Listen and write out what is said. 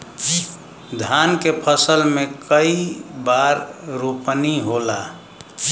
धान के फसल मे कई बार रोपनी होला?